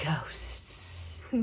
ghosts